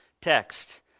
text